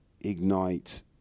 ignite